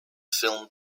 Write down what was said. film